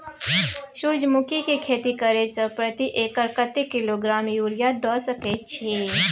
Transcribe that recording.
सूर्यमुखी के खेती करे से प्रति एकर कतेक किलोग्राम यूरिया द सके छी?